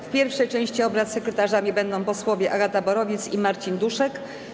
W pierwszej części obrad sekretarzami będą posłowie Agata Borowiec i Marcin Duszek.